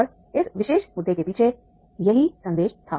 और इस विशेष मुद्दे के पीछे यही संदेश था